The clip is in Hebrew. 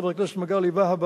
חבר הכנסת מגלי והבה,